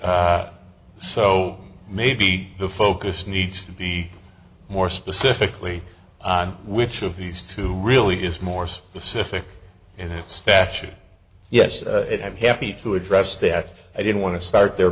so maybe the focus needs to be more specifically on which of these two really is more specific and that statute yes it happy to address that i didn't want to start there